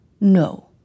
No